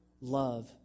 love